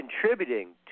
contributing